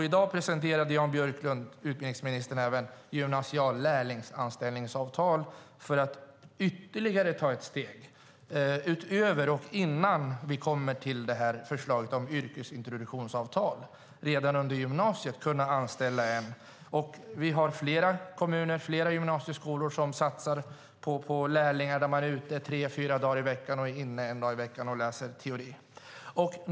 I dag presenterade utbildningsminister Jan Björklund även gymnasialt lärlingsanställningsavtal för att ta ytterligare ett steg utöver och innan vi kommer till förslaget om yrkesintroduktionsavtal så att man redan under gymnasiet ska kunna anställa. Flera kommuner och gymnasieskolor satsar på lärlingar som är ute tre fyra dagar i veckan och inne en dag i veckan och läser teori.